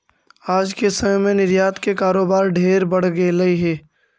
आज के समय में निर्यात के कारोबार ढेर बढ़ गेलई हे